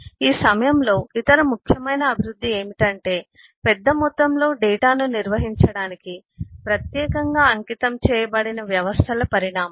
ఈ సమయంలో ఇతర ముఖ్యమైన అభివృద్ధి ఏమిటంటే పెద్ద మొత్తంలో డేటాను నిర్వహించడానికి ప్రత్యేకంగా అంకితం చేయబడిన వ్యవస్థల పరిణామం